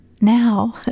now